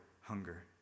hunger